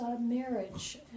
marriage